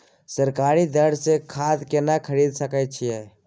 सरकारी दर से खाद केना खरीद सकै छिये?